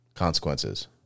Consequences